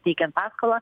teikiant paskolą